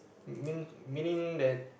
mean meaning that